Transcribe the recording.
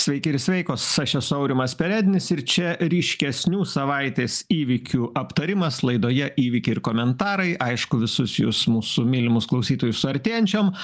sveiki ir sveikos aš esu aurimas perednis ir čia ryškesnių savaitės įvykių aptarimas laidoje įvykiai ir komentarai aišku visus jus mūsų mylimus klausytojus su artėjančiom